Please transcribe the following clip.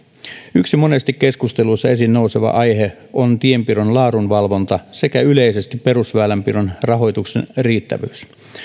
yksi monesti keskusteluissa esiin nouseva aihe on tienpidon laadunvalvonta sekä yleisesti perusväylänpidon rahoituksen riittävyys